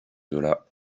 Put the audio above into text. zola